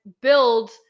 build